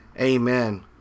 amen